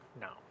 no